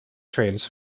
trains